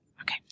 Okay